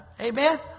Amen